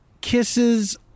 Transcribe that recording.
kisses